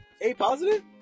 A-positive